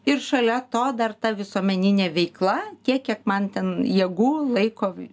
ir šalia to dar ta visuomeninė veikla tiek kiek man ten jėgų laiko